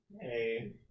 Hey